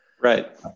right